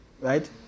Right